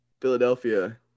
Philadelphia